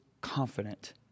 confident